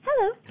Hello